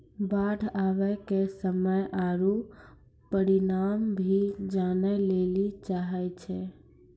बाढ़ आवे के समय आरु परिमाण भी जाने लेली चाहेय छैय?